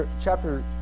chapter